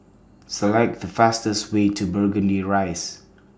Select The fastest Way to Burgundy Rise